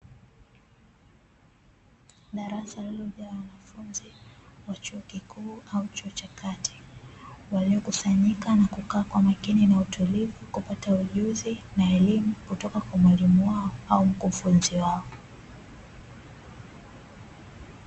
Darasa lililojaa wanafunzi wa chuo kikuu au chuo cha kati, waliokusanyika na kukaa kwa makini na utulivu kupata ujuzi na elimu, kutoka kwa mwalimu wao au mkufunzi wao.